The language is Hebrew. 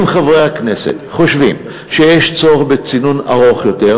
אם חברי הכנסת חושבים שיש צורך בצינון ארוך יותר,